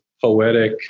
poetic